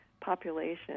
population